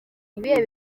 ibihe